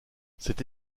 cette